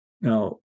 Now